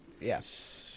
Yes